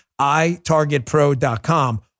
itargetpro.com